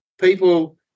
people